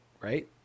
right